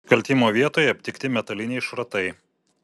nusikaltimo vietoje aptikti metaliniai šratai